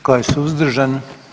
Tko je suzdržan?